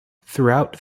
throughout